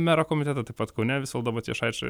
mero komitetą taip pat kaune visvaldo matijošaičio